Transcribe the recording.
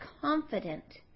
confident